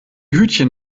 hütchen